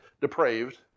depraved